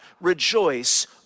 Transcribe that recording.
rejoice